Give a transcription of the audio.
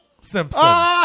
Simpson